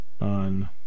on